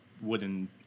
wooden